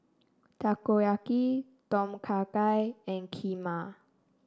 Takoyaki Tom Kha Gai and Kheema